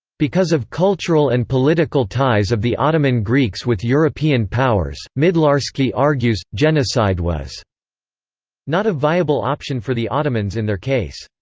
because of cultural and political ties of the ottoman greeks with european powers, midlarsky argues, genocide was not a viable option for the ottomans in their case.